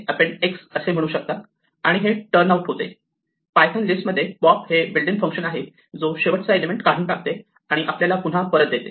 append असे म्हणू शकतात आणि हे टर्न आऊट होते पायथन लिस्ट pythons lists मध्ये पॉप हे बिल्ट इन फंक्शन आहे जे शेवटचा एलिमेंट काढून टाकते आणि आपल्याला पुन्हा परत देते